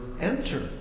enter